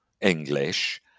English